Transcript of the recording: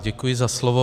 Děkuji za slovo.